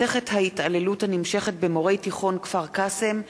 מסכת ההתעללות הנמשכת במורי תיכון כפר-קאסם,